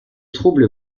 troubles